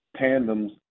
tandems